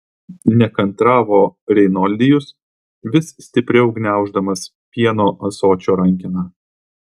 nekantravo reinoldijus vis stipriau gniauždamas pieno ąsočio rankeną